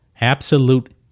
Absolute